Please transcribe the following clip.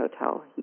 Hotel